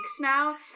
now